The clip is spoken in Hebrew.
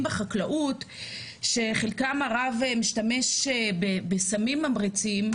בחקלאות שחלקם הרב משתמש בסמים ממריצים,